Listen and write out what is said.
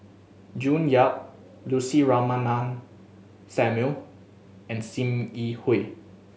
June Yap Lucy Ratnammah Samuel and Sim Yi Hui